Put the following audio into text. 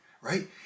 right